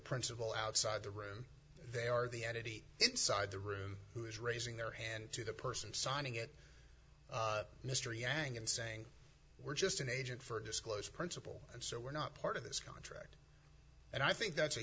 principle outside the room they are the entity inside the room who is raising their hand to the person signing it mystery adding and saying we're just an agent for disclosure principle and so we're not part of this contract and i think that's a